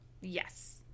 Yes